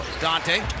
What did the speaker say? Dante